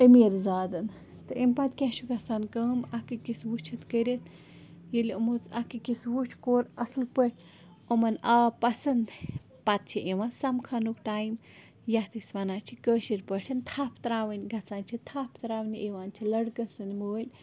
أمیٖر زادَن تہٕ امہِ پَتہٕ کیٛاہ چھُ گژھان کٲم اَکھ أکِس وُچھِتھ کٔرِتھ ییٚلہِ یِم حظ اَکھ أکِس وُچھ کوٚر اصٕل پٲٹھۍ یِمَن آو پسنٛد پَتہٕ چھِ یِوان سَمکھنُک ٹایِم یَتھ أسۍ وَنان چھِ کٲشِر پٲٹھۍ تھپ تراوٕنۍ گژھان چھِ تھپ تراونہِ یِوان چھِ لَڑکہٕ سنٛدۍ مٲلۍ